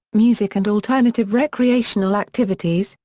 music and alternative recreational activities,